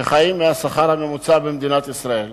שחיים מהשכר הממוצע במדינת ישראל.